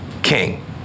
King